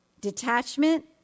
Detachment